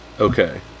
Okay